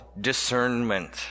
discernment